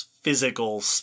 physical